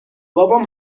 بابام